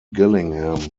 gillingham